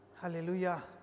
Hallelujah